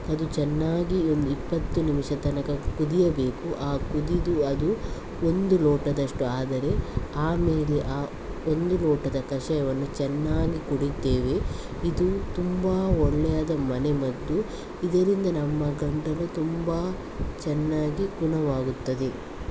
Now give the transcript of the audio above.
ಅದು ಚೆನ್ನಾಗಿ ಒಂದು ಇಪ್ಪತ್ತು ನಿಮಿಷ ತನಕ ಕುದಿಯಬೇಕು ಆ ಕುದಿದು ಅದು ಒಂದು ಲೋಟದಷ್ಟು ಆದರೆ ಆಮೇಲೆ ಆ ಒಂದು ಲೋಟದ ಕಷಾಯವನ್ನು ಚೆನ್ನಾಗಿ ಕುಡಿತೇವೆ ಇದು ತುಂಬ ಒಳ್ಳೆಯದು ಮನೆ ಮದ್ದು ಇದರಿಂದ ನಮ್ಮ ಗಂಟಲು ತುಂಬ ಚೆನ್ನಾಗಿ ಗುಣವಾಗುತ್ತದೆ